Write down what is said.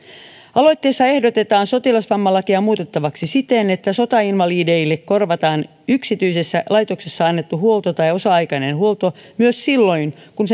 aloitteessa ehdotetaan sotilasvammalakia muutettavaksi siten että sotainvalideille korvataan yksityisessä laitoksessa annettu huolto tai osa aikainen huolto myös silloin kun